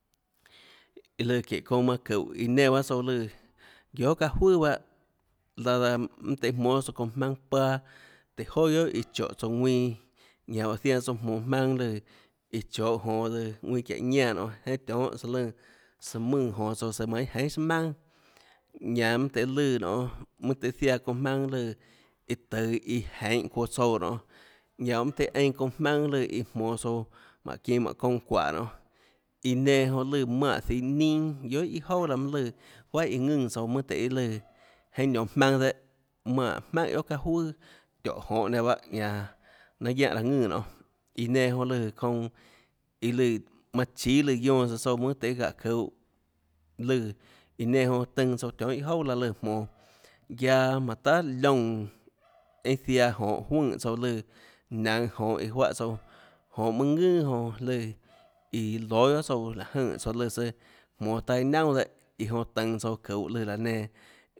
Iã lùã çínhå çounã manã çúhå iã nenã bahâ tsouã lùã guiohà çaâ juøà bahâ laã daã iã jmónâ tsouã çounã jmaønâ paâ tùhå joà guiohà iã chóhå tsouã ðuinã ñanã oå zainã tsouã jmonå maønâ lùã iã chohå jonå tsøã ðuinã çiáhå ñánã nionê tionhâ søã lùnã søã mùnã jonå tsouã øã manã iâ jeinhà sùà jmaønà ñanã mønâ tøhê lùã nonê mønâ tøhê zaiã çounã jmaønâ lùã iã tøå iã jeinhå çuoã tsouã nonê ñan mønâ tøhê einã çounã jmaønâ lùã iã jmonå tsouã mánhå çinå mánhå çounã çuáhå nonê iã nenã jonã lùã manè zihå ninâ guiohà iâ jouà laã mønâ lùã juahà iã ðùnã tsouã mønâ tøhê lùã jeinhâ nionå jmaønâ dehâ manè jmaùnhà guiohà çaâ juøà tióhå jonhå nenã bahâ ñanã nanâ guiánhã raã ðùnã nonê iã nenã jonã lùã çounã iã lùã manã chíâ lùã guionã tsùã tsouã mønã tøhê çaã çuhå lùã iã nenã jonã tønã tsouã tionhâ iâ jouà laã lùã jmonå guiaâ manã tahà liónã jeinhâ ziaã jonhå juønè tsouã lùã ðnaønå jonhå iã juáhã tsouã jonhå mønâ ðønà jonã lùã iã lóâ guiohà tsouã láhå jønè tsouã lùã søã jmonå taâ iâ naunà dehâ iã jonã tønå tsouã çuðå lùã raã nenã